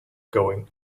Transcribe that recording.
going